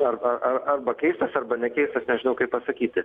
ar ar ar arba keistas arba nekeistas nežinau kaip pasakyti